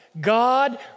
God